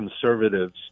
conservatives